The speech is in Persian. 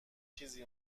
چیزی